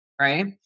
right